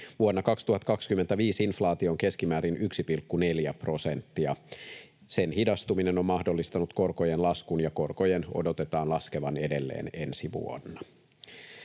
Vuonna 2025 inflaatio on keskimäärin 1,4 prosenttia. Sen hidastuminen on mahdollistanut korkojen laskun, ja korkojen odotetaan laskevan edelleen ensi vuonna.